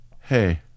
Hey